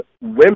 women